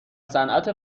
صنعت